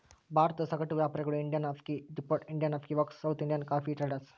ಭಾರತದ ಸಗಟು ವ್ಯಾಪಾರಿಗಳು Indian coffee depot, Indian coffee works, South Indian coffee traders